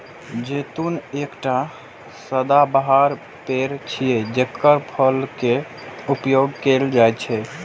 जैतून एकटा सदाबहार पेड़ छियै, जेकर फल के उपयोग कैल जाइ छै